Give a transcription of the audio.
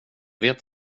vet